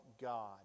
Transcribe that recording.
God